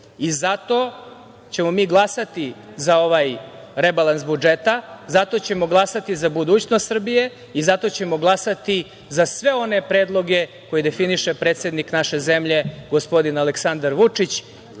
ćemo mi glasati za ovaj rebalans budžeta, zato ćemo glasati za budućnost Srbije i zato ćemo glasati za sve one predloge koje definiše predsednik naše zemlje gospodin Aleksandar Vučić,